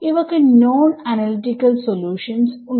ഇവക്ക് non analytical solutions ഉണ്ട്